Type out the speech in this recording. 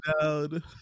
down